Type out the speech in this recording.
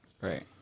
Right